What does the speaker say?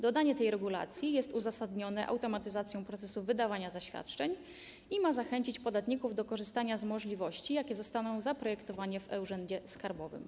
Dodanie tej regulacji jest uzasadnione automatyzacją procesu wydawania zaświadczeń i ma zachęcić podatników do korzystania z możliwości, jakie zostaną przewidziane w e-Urzędzie Skarbowym.